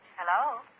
Hello